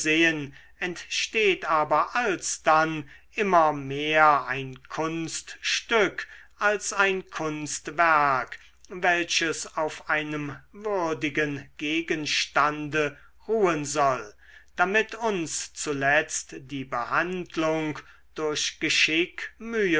entsteht aber alsdann immer mehr ein kunststück als ein kunstwerk welches auf einem würdigen gegenstande ruhen soll damit uns zuletzt die behandlung durch geschick mühe